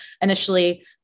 initially